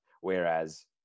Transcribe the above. whereas